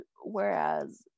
whereas